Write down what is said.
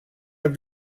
have